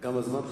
גם הזמן חלף.